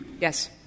Yes